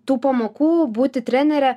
tų pamokų būti trenere